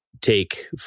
take